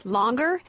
longer